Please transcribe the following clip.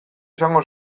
izango